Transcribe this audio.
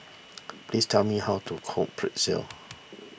please tell me how to cook Pretzel